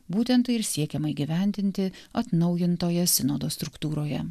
būtent tai ir siekiama įgyvendinti atnaujintoje sinodo struktūroje